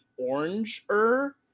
orange-er